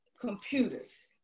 computers